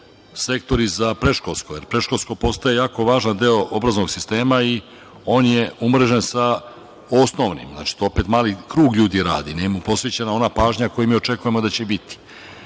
sektori za predškolsko jer predškolsko postaje jako važan deo obrazovnog sistema i on je umrežen sa osnovnim. Znači, to opet mali krug ljudi radi. Nije mu posvećena ona pažnja koju mi očekujemo da će biti. Ceo